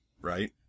Right